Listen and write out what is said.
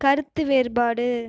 கருத்து வேறுபாடு